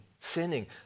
sinning